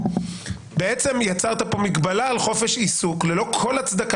בעצם יצרת פה מגבלה על חופש עיסוק ללא כל הצדקה